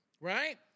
right